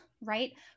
right